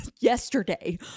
yesterday